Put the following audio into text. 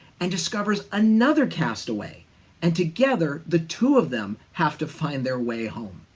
and discovers another cast away. and together, the two of them have to find their way home.